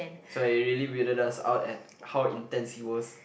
so it really weirded us out at how intense he was